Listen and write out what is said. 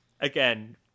Again